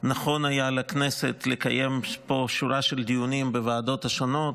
נכון היה לכנסת לקיים פה שורה של דיונים בוועדות השונות.